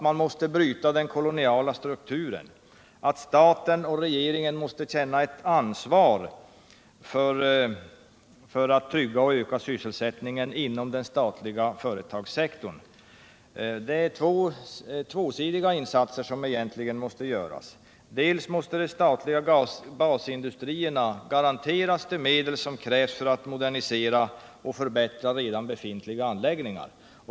Man måste bryta den koloniala strukturen, och staten och regeringen måste känna ett ansvar för att trygga och öka sysselsättningen inom den statliga företagssektorn. Det är egentligen tvåsidiga insatser som måste göras. De statliga basindustrierna måste garanteras de medel som krävs för att modernisera och förbättra redan befintliga anläggningar.